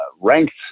ranked